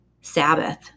sabbath